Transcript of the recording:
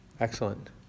Excellent